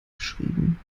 beschrieben